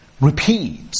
repeat